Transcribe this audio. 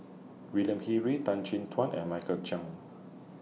William He Read Tan Chin Tuan and Michael Chiang